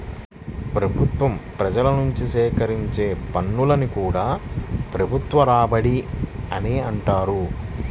ప్రభుత్వం ప్రజల నుంచి సేకరించే పన్నులను కూడా ప్రభుత్వ రాబడి అనే అంటారు